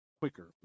quicker